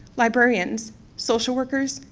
librarians, social workers,